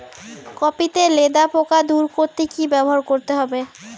Copy তে লেদা পোকা দূর করতে কি ব্যবহার করতে হবে?